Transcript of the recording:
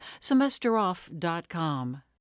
Semesteroff.com